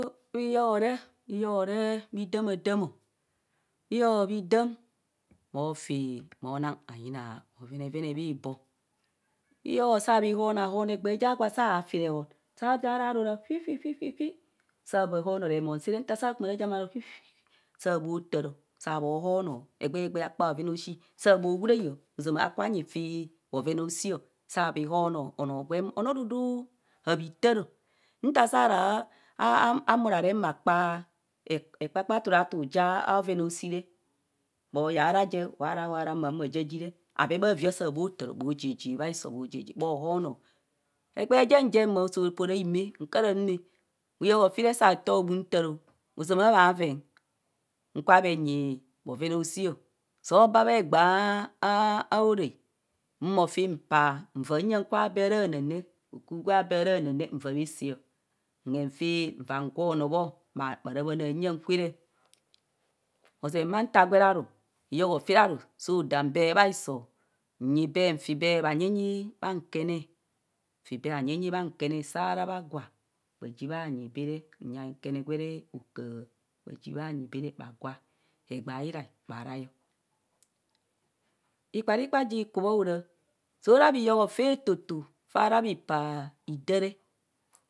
A bhiyo re. bhiyo re bhrdamdamo. bhiyo lehidam bhofi bho naa ayima bhovenevene bhekoo bhiyo saa bhi hoona hoono egbee ja gwa fi rehon saa zạạ ro ara fififififi sa bha hoono rehon saa re nys sas raji ma ro fififi saa mo taaro saa bho hoono. egbee hegbhe akpa bhoven aoshi saa bho taaro egbe hegber akpa bhoven aoshi saa bho huraaeo ozama akubha nyi fi bhoven aoshi saa bhihoo no onoo gwemi onoo dudu ha bi taaro, nta saa ra a s mura re ma kpa pa turatu ja oven oshi te ma bho yee ra je waa ra- waara ma jaji fe abee bhari saa bho taaro bho jaja bhaisoo bho jaja bhisoo bjo hoono egbee jen jen mo soo poora himee nkara maa bhiyo saa toor bhum taaro. ozama bhaveng nkubha bhenyi bhoven aoshi ọ. soo baa bhe gbee aoroi humoo fi mpaa mva nya kwa bee ara ara baa naam re okur gwa bee ara naam re maa bhasaa nhen fi mva gwo noo bhur ara bhas nam nya kwe re aze bha nta gwere ru bhiyo fi ra ru soo dam bee bhi so, mfi bee anyi nyi baa nkene mfi bee bhanyi nyi bha nkene saa ras bha gwa ji bhas nyi beere nsa nkene o kahs baa ji bha nyi beere bha gwa egbee urai bha raio ikparikpa ji kubo ara. soo ra bhiyo fas etoto fa